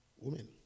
Women